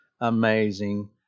amazing